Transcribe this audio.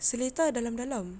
seletar dalam-dalam